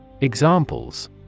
Examples